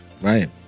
Right